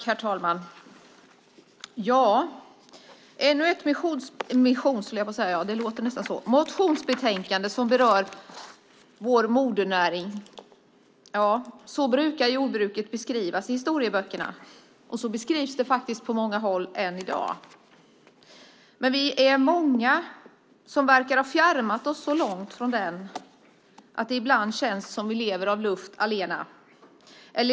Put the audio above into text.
Herr talman! Nu debatterar vi ännu ett motionsbetänkande som berör vår modernäring. Så brukar jordbruket beskrivas i historieböckerna, och så beskrivs det på många håll än i dag. Vi är dock många som verkar ha fjärmat oss så långt från den att det ibland känns som om vi lever av luft allena.